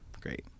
great